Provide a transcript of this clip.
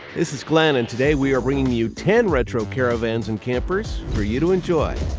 this is glen, and today we are bringing you ten retro caravans and campers for you to enjoy.